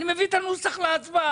אני מביא את הנוסח להצבעה,